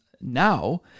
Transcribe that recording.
now